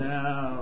Now